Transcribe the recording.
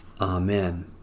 Amen